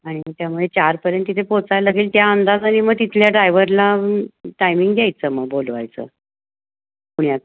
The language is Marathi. आणि त्यामुळे चारपर्यंत तिथे पोचायला लागेल त्या अंदाजाने मग तिथल्या ड्रायव्हरला टायमिंग घ्यायचं मग बोलवायचं पुण्यात